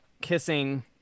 kissing